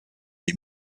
die